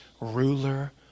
ruler